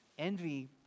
Envy